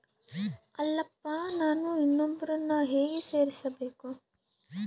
ಅಲ್ಲಪ್ಪ ನಾನು ಇನ್ನೂ ಒಬ್ಬರನ್ನ ಹೇಗೆ ಸೇರಿಸಬೇಕು?